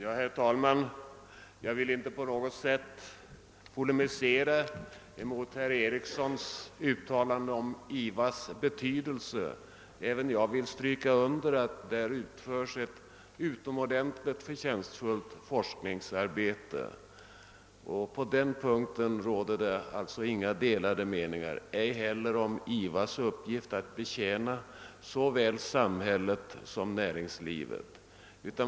Herr talman! Jag vill inte på något sätt polemisera mot herr Ericssons i Åvtidaberg uttalande om IVA:s betydelse. Även jag vill stryka under att där utförs ett utomordentligt förtjänstfullt forskningsarbete. På den punkten råder alltså inga delade meningar, inte heller om IVA:s uppgift att betjäna såväl samhället som näringslivet.